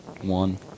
one